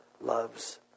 loves